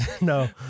no